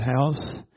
house